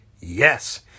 yes